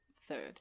third